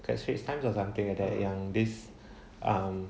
the straits times or something like that yang this um